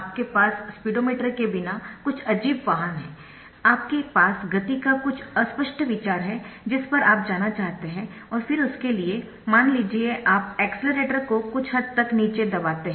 आपके पास स्पीडोमीटर के बिना कुछ अजीब वाहन है आपके पास गति का कुछ अस्पष्ट विचार है जिस पर आप जाना चाहते है और फिर उसके लिए मान लीजिए आप एक्सेलरेटर को कुछ हद तक नीचे दबाते है